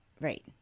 Right